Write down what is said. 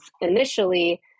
initially